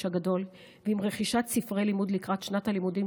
הגדול ועם רכישת ספרי לימוד לקראת שנת הלימודים.